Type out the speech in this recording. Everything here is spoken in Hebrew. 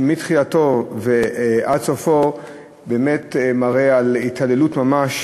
שמתחילתו ועד סופו באמת מראה על התעללות ממש.